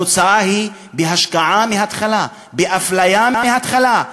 התוצאה היא של השקעה, של אפליה מההתחלה.